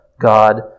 God